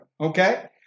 Okay